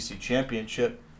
championship